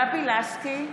גבי לסקי,